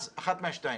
אז אחת מהשתיים,